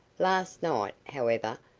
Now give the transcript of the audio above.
last night, however,